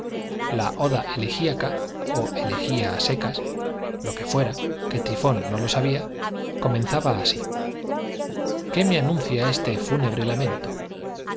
la oda elegíaca o elegía a secas lo que fuera que trifón no lo sabía comenzaba así qué me anuncia ese fúnebre lamento